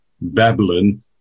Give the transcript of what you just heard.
Babylon